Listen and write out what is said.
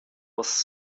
was